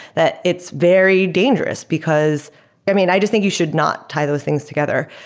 that it's very dangerous, because i mean, i just think you should not tie those things together.